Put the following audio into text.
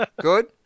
Good